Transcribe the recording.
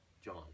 John